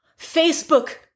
Facebook